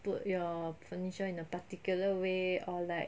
put your furniture in a particular way or like